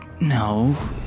no